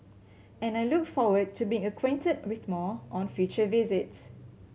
and I look forward to being acquainted with more on future visits